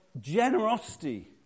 generosity